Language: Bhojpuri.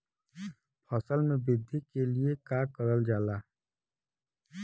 फसल मे वृद्धि के लिए का करल जाला?